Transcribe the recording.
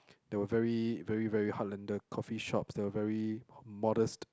they were very very very heartlander coffee shops that were very modest